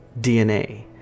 DNA